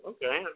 Okay